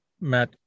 Matt